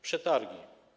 Przetargi.